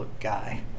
guy